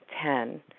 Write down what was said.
Ten